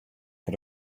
für